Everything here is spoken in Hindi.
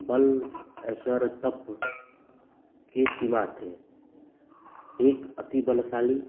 बल ऐश्वर्य तप की सीमा थे एक अति बलशाली